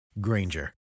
Granger